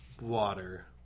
water